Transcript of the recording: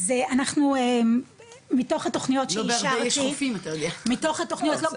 זה אנחנו מתוך התוכניות שאישרתי --- לא בהרבה יש חופים אתה יודע.